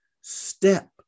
step